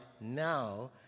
now